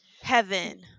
Heaven